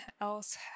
else